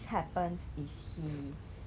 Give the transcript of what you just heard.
then okay it's like you